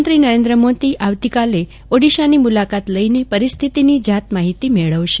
પ્રધાનમંત્રી નરેન્દ્ર મોદી આવતીકાલે ઓડીશાની મુલાકાત લઇને પરિસ્થિની જાત માહિતી મેળવશે